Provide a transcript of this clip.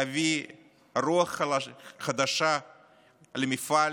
להביא רוח חדשה למפעל